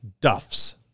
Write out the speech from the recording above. Duff's